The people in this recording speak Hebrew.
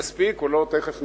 יספיק או לא, תיכף נראה.